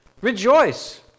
Rejoice